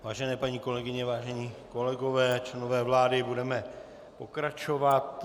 Vážené paní kolegyně, vážení kolegové, členové vlády, budeme pokračovat.